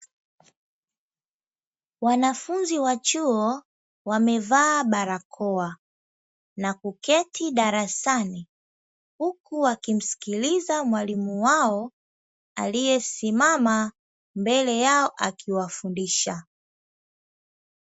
Wanafunzi wa chuo wamevaa barakoa na kuketi darasani, huku wakimsikiliza mwalimu wao aliyesimama mbele yao, akiwafundisha.